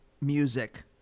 music